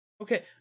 Okay